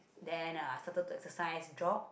then I started to exercise jog